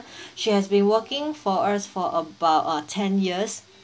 she has been working for us for about uh ten years